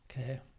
Okay